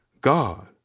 God